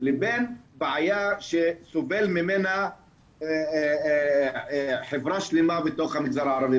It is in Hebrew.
לבין בעיה שסובלת ממנה חברה שלמה בתוך המגזר הערבי,